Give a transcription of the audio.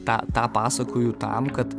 tą tą pasakoju tam kad